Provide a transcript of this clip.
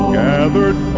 gathered